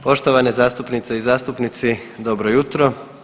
Poštovane zastupnice i zastupnici dobro jutro.